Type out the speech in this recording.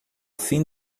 fim